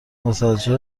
متوجه